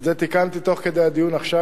את זה תיקנתי תוך כדי הדיון עכשיו,